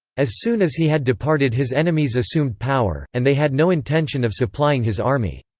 as soon as he had departed his enemies assumed power, and they had no intention of supplying his army.